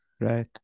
Right